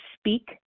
speak